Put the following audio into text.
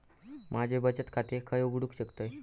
म्या बचत खाते खय उघडू शकतय?